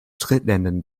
drittländern